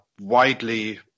widely